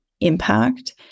impact